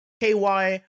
ky